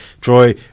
Troy